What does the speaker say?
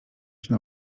się